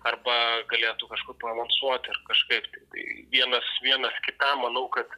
arba galėtų kažkur paanonsuoti ar kažkaip tai tai vienas vienas kitam manau kad